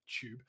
tube